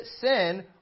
sin